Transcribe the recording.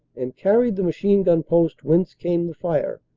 and carried the machine-gun post whence came the fire.